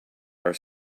are